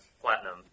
platinum